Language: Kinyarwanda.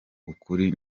ukuri